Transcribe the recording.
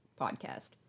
podcast